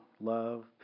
love